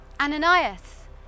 Ananias